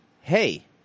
hey